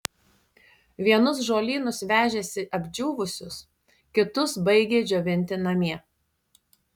vienus žolynus vežėsi apdžiūvusius kitus baigė džiovinti namie